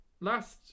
last